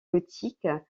gothique